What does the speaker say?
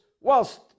whilst